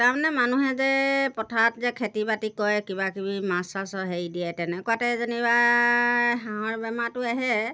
তাৰমানে মানুহে যে পথাৰত যে খেতি বাতি কৰে কিবা কিবি মাছ চাছৰ হেৰি দিয়ে তেনেকুৱাতে যেনিবা হাঁহৰ বেমাৰটো আহে